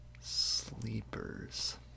Sleepers